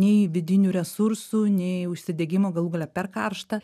nei vidinių resursų nei užsidegimo galų gale per karšta